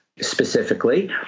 specifically